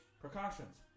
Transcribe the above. precautions